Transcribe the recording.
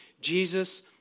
Jesus